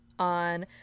on